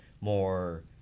more –